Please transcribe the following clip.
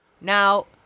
Now